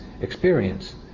experience